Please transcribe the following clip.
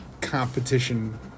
competition